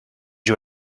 you